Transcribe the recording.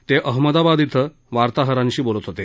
ते अहमदाबाद इथं ए वार्ताहरांशी बोलत होते